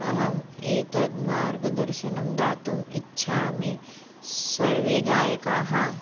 अहम् एतत् मार्गदर्शनं दातुम् इच्छामि सर्वे गायकाः